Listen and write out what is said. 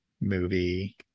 movie